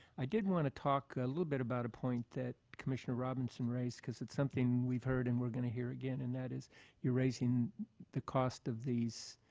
i did want to talk a little bit about a point that commissioner robinson raised because it's something we've heard and we're going to hear again. and that is you're raising the cost of these